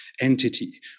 entity